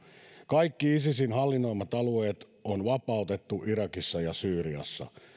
kaikki isisin hallinnoimat alueet on vapautettu irakissa ja syyriassa